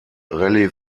rallye